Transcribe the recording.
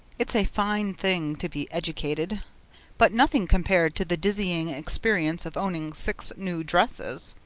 it's a fine thing to be educated but nothing compared to the dizzying experience of owning six new dresses.